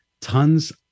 tons